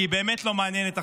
כי היא באמת לא מעניינת עכשיו,